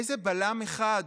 איזה בלם אחד,